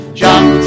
jump